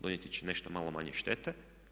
Donijeti će nešto malo manje štete.